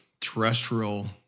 terrestrial